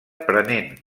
prenent